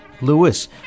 Lewis